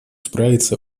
справиться